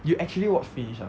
you actually watch finish ah